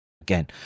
Again